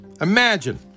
Imagine